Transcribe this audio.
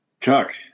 Chuck